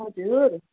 हजुर